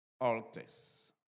Altars